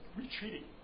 retreating